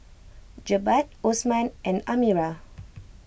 Jebat Osman and Amirah